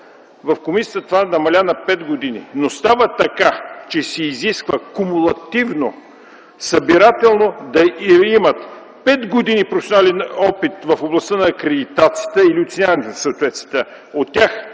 В комисията това намаля на пет години. Но става така, че се изисква кумулативно, събирателно да имат пет години професионален опит в областта на акредитацията или оценяването на съответствието – от тях